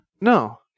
No